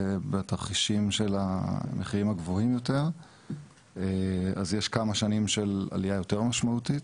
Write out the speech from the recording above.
ובתרחישים של המחירים הגבוהים יותר יש כמה שנים של עלייה יותר משמעותית.